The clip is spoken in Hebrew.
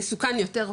מסוכן יותר,